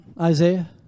Isaiah